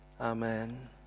Amen